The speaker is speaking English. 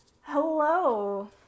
Hello